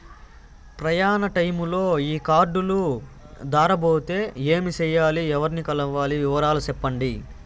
ప్రయాణ టైములో ఈ కార్డులు దారబోతే ఏమి సెయ్యాలి? ఎవర్ని కలవాలి? వివరాలు సెప్పండి?